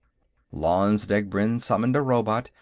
lanze degbrend summoned a robot,